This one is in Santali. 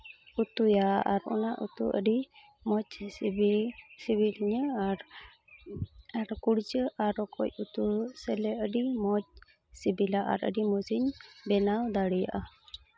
ᱩᱛᱩᱭᱟ ᱟᱨ ᱚᱱᱟ ᱩᱛᱩ ᱟᱹᱰᱤ ᱢᱚᱡᱽ ᱜᱮ ᱥᱤᱵᱤᱞᱤᱧᱟ ᱟᱨ ᱟᱨ ᱠᱩᱲᱪᱟᱹ ᱟᱨ ᱨᱚᱠᱚᱡ ᱩᱛᱩ ᱥᱮᱞᱮ ᱟᱹᱰᱤ ᱢᱚᱡᱽ ᱥᱤᱵᱤᱞᱟ ᱟᱨ ᱟᱹᱰᱤ ᱢᱚᱡᱽ ᱤᱧ ᱵᱮᱱᱟᱣ ᱫᱟᱲᱮᱭᱟᱜᱼᱟ